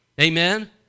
amen